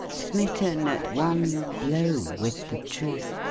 smitten at one blow with the truth,